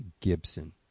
Gibson